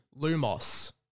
Lumos